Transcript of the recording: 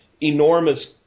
enormous